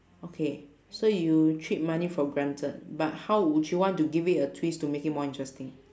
okay so you treat money for granted but how would you want to give it a twist to make it more interesting